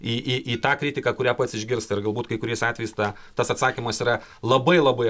į į į tą kritiką kurią pats išgirsta ir galbūt kai kuriais atvejais tą tas atsakymas yra labai labai